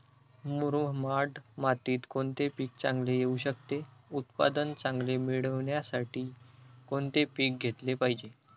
मुरमाड मातीत कोणते पीक चांगले येऊ शकते? उत्पादन चांगले मिळण्यासाठी कोणते पीक घेतले पाहिजे?